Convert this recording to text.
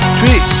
three